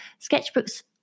sketchbooks